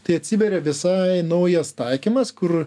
tai atsiveria visai naujas taikymas kur